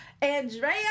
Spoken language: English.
andrea